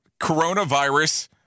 coronavirus